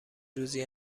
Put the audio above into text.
روزی